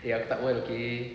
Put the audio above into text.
eh aku tak wild okay